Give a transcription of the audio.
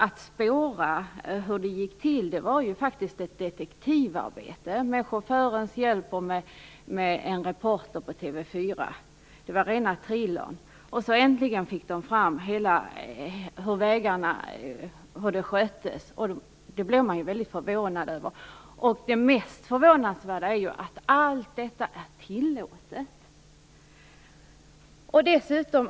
Att spåra hur det gick till var faktiskt ett detektivarbete med chaufförens hjälp och med en reporter från TV 4. Det var rena thrillern. Äntligen fick man fram hur det sköttes, och det var väldigt förvånande. Det mest förvånansvärda är att allt detta är tillåtet.